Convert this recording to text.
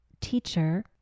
teacher